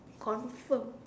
confirm